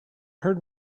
heard